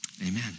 amen